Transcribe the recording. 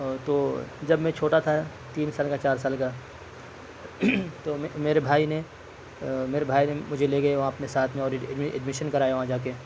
اور تو جب میں چھوٹا تھا تین سال کا چار سال کا تو میرے بھائی نے میرے بھائی مجھے لے گیے وہاں اپنے ساتھ میں اور ایڈمیشن کرایا وہاں جا کے